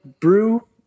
brew